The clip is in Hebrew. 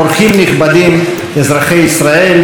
אורחים נכבדים,